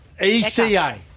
ECA